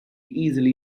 easily